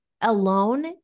alone